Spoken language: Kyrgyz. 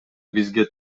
бизге